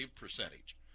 percentage